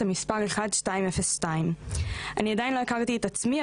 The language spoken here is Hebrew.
המספר 1202. אני עדיין לא הכרתי את עצמי,